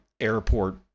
airport